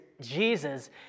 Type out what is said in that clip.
Jesus